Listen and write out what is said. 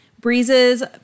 Breeze's